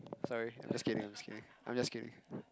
sorry I'm just kidding I'm just kidding I'm just kidding